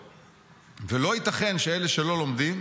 ולא ייתכן שאלה שלא לומדים,